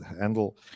handle